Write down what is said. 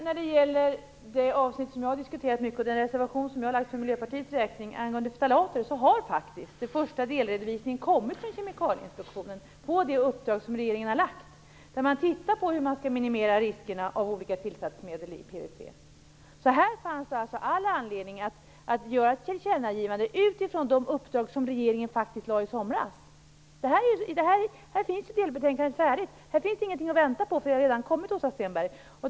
När det gäller det avsnitt som jag har diskuterat mycket och den reservation som jag avgett för Miljöpartiets räkning angående ftalater har faktiskt den första delredovisningen kommit från Kemikalieinspektionen med anledning av det uppdrag som regeringen har gett. Man har tittat på hur man skall minimera riskerna av olika tillsatsmedel i PVC. Här fanns alltså all anledning att göra ett tillkännagivande utifrån de uppdrag som regeringen faktiskt gav i somras. Här finns delbetänkandet färdigt. Här finns ingenting att vänta på, för det har redan kommit, Åsa Stenberg.